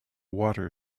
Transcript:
water